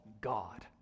God